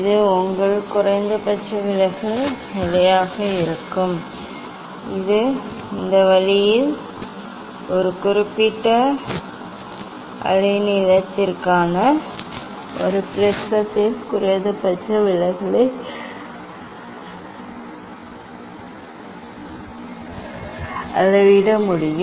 இது உங்கள் குறைந்தபட்ச விலகல் நிலையாக இருக்கும் இந்த வழியில் ஒரு குறிப்பிட்ட அலைநீளத்திற்கான ஒரு ப்ரிஸின் குறைந்தபட்ச விலகலை அளவிட முடியும்